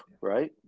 right